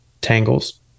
tangles